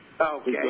Okay